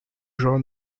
joueur